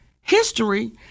history